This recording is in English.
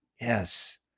Yes